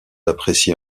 apprécié